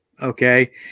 Okay